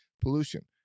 pollution